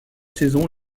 saisons